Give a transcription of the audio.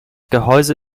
gehäuse